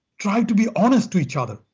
try to be honest to each other.